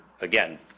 again